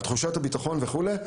על תחושת הביטחון וכולי,